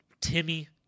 Timmy